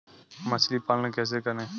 मछली पालन कैसे करें?